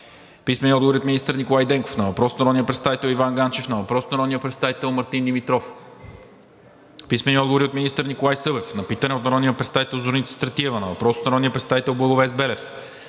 Писмени отговори от министър Николай Денков на: - въпрос от народния представител Иван Ганчев; - въпрос от народния представител Мартин Димитров. Писмени отговори от министър Николай Събев на: - питане от народния представител Зорница Стратиева; - въпрос от народния представител Благовест Белев;